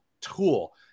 tool